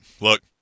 look